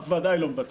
אף ועדה היא לא מבצעת,